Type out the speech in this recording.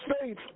faith